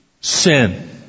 sin